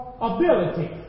ability